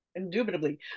indubitably